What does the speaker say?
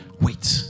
wait